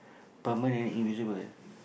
permanent invisible